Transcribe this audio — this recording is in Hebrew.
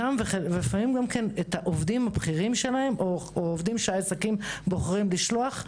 אותם ולפעמים גם את העובדים הבכירים שלהם שהם בוחרים לשלוח.